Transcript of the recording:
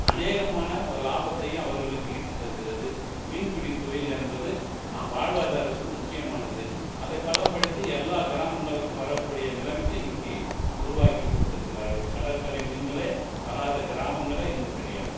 அநேகமான ஒரு லாபத்தையும் அவர்களுக்கு ஈட்டித்தருகிறது மீன்பிடித்தொழில் என்பது அவன் வாழ்வாதாரத்துக்கு முக்கியமானது அதை பதப்படுத்தி எல்லா கிராமங்களுக்கும் வரக்கூடிய நிலைமைக்கு இன்னைக்கு உருவாக்கி கொடுத்துருக்கிறார்கள் கடற்கரை மீன்களே வராத கிராமங்களே இன்று கிடையாது